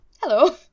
Hello